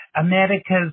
America's